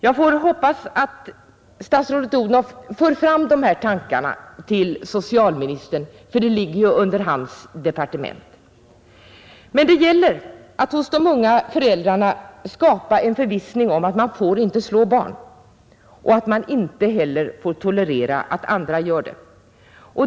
Jag hoppas att statsrådet Odhnoff för fram de här tankarna till socialministern, ty detta ligger ju under hans departement. Det gäller att hos de unga föräldrarna skapa en förvissning om att man inte får slå barn och att man inte heller får tolerera att andra gör det.